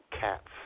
cats